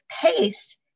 pace